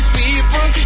people